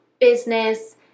business